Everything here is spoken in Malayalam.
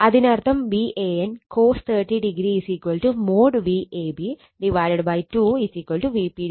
അതിനർത്ഥം Van cos 30o |Vab| 2 Vp 2 VL 2